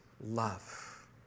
love